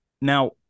Now